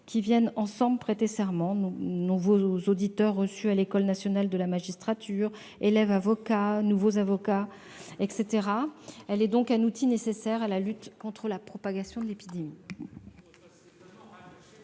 venant ensemble prêter serment, nouveaux auditeurs reçus à l'École nationale de la magistrature, élèves avocats et nouveaux avocats, etc. Elle est donc un outil nécessaire à la lutte contre la propagation de la pandémie.